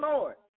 Lord